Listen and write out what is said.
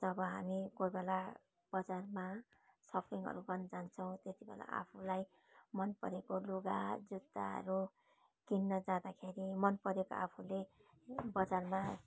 जब हामी कोही बेला बजारमा सपिङहरू गर्न जान्छौँ त्यतिबेला आफूलाई मन परेको लुगा जुत्ताहरू किन्न जाँदाखेरि मन परेको आफूले बजारमा